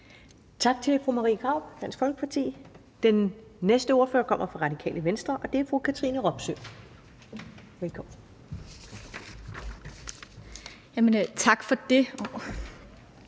Tak til fru Marie Krarup, Dansk Folkeparti. Den næste ordfører kommer fra Radikale Venstre, og det er fru Katrine Robsøe. Velkommen. Kl.